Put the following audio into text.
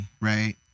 right